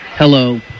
Hello